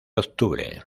octubre